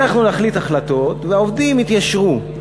אנחנו נחליט החלטות, והעובדים יתיישרו.